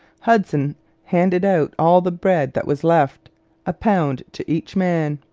hudson handed out all the bread that was left a pound to each man.